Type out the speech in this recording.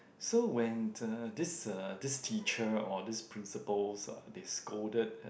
so when the this uh this teacher or this principals uh they scolded uh